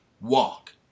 walk